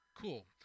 Cool